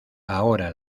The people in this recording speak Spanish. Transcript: ahora